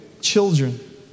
children